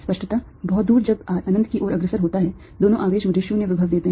स्पष्टतः बहुत दूर जब r अनंत की ओर अग्रसर होता है दोनों आवेश मुझे 0 विभव देते हैं